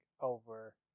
over